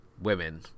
women